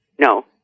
No